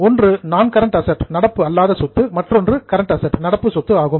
ஒன்று non current assets நடப்பு அல்லாத சொத்து மற்றொன்று கரண்ட் அசெட்ஸ் நடப்பு சொத்து ஆகும்